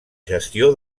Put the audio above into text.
gestió